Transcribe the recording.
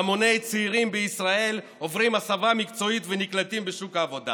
והמוני צעירים בישראל עוברים הסבה מקצועית ונקלטים בשוק העבודה,